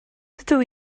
dydw